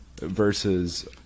versus